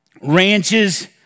ranches